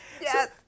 yes